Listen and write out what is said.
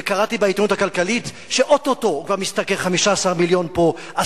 וקראתי בעיתונות הכלכלית שאו-טו-טו הוא כבר משתכר 15 מיליון פה,